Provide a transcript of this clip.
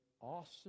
awesome